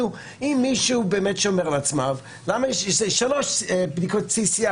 אם מישהו שומר על עצמו, יש שלוש בדיקות PCR